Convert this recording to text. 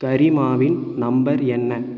கரிமாவின் number என்ன